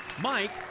Mike